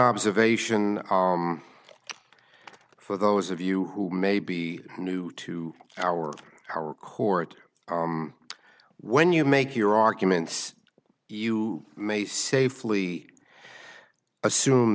observation for those of you who may be new to our our court when you make your arguments you may safely assume